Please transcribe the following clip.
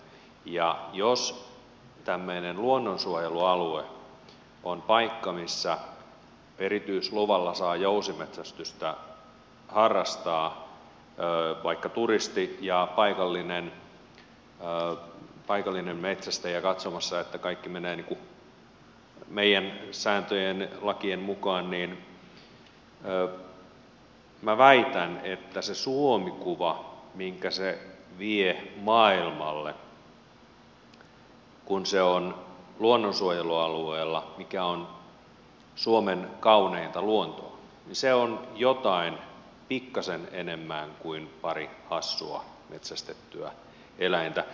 ja jos tämmöinen luonnonsuojelualue on paikka missä vaikka turisti erityisluvalla saa jousimetsästystä harrastaa ja paikallinen metsästäjä on katsomassa että kaikki menee meidän sääntöjemme lakiemme mukaan niin minä väitän että se suomi kuva minkä se vie maailmalle kun se on luonnonsuojelualueella mikä on suomen kauneinta luontoa on jotain pikkasen enemmän kuin pari hassua metsästettyä eläintä